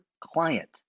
client